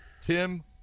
Tim